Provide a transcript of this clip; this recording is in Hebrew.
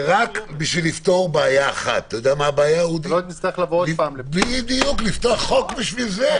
זה רק לפתור בעיה אחת לפתוח חוק בשביל זה.